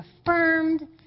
affirmed